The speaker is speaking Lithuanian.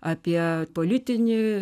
apie politinį